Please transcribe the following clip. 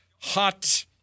hot